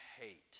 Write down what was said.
hate